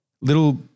little